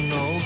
no